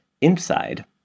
Inside